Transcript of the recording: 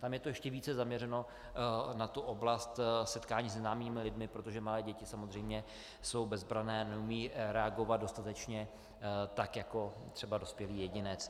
Tam je to ještě více zaměřeno na tu oblast setkání s neznámými lidmi, protože malé děti samozřejmě jsou bezbranné, neumějí reagovat dostatečně tak jako třeba dospělý jedinec.